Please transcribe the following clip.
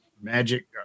magic